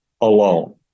alone